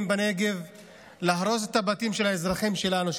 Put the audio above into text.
בנגב להרוס את הבתים של האזרחים שלנו,